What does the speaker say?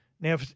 Now